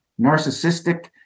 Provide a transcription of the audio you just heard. narcissistic